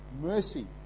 mercy